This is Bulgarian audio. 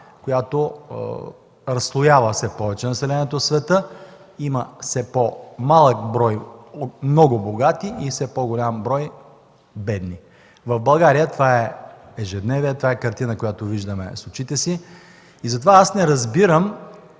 която разслоява все повече населението в света, има все по-малък брой от много богати и все по-голям брой бедни. В България това е ежедневие, това е картината, която виждаме с очите си. Затова аз не разбирам